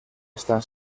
están